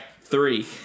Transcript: three